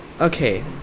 Okay